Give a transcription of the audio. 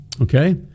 okay